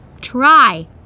try